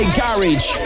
garage